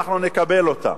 אנחנו נקבל אותה.